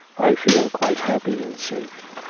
i feel quite happy and safe.